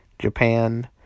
Japan